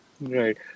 Right